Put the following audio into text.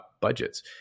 budgets